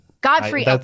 Godfrey